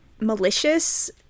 malicious